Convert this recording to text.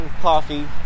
coffee